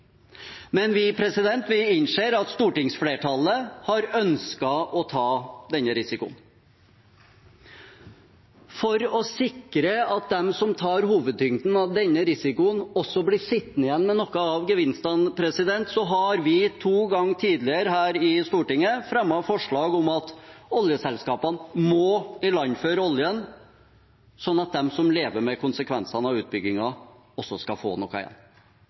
vi innser at stortingsflertallet har ønsket å ta denne risikoen. For å sikre at de som tar hovedtyngden av denne risikoen, også blir sittende igjen med noe av gevinsten, har vi to ganger tidligere her i Stortinget fremmet forslag om at oljeselskapene må ilandføre oljen, sånn at de som lever med konsekvensene av utbyggingen, også skal få noe igjen.